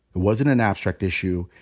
it wasn't an abstract issue.